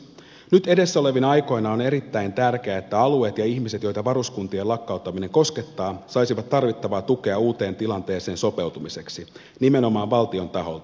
nyt edessä olevina aikoina on erittäin tärkeää että alueet ja ihmiset joita varuskuntien lakkauttaminen koskettaa saisivat tarvittavaa tukea uuteen tilanteeseen sopeutumiseksi nimenomaan valtion taholta